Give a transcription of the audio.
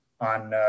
on